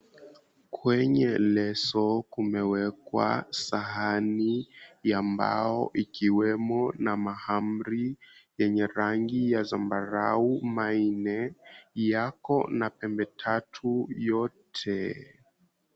Kwenye leso kumewekwa sahani ya mbao ikiwemo na mahamri yenye rangi ya zambarau manne, yako na pembeni tatu yote.